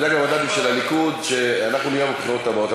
תדאג למנדטים של הליכוד שאנחנו נראה בבחירות הבאות.